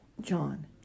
John